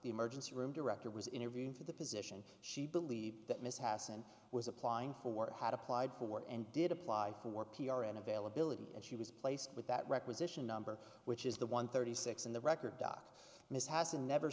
the emergency room director was interviewing for the position she believed that ms hassen was applying for had applied for and did apply for p r and availability and she was placed with that requisition number which is the one thirty six in the record doc ms has and never